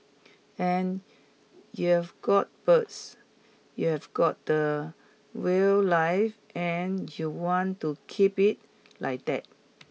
and you've got birds you have got the wildlife and you want to keep it like that